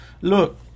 Look